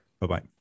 Bye-bye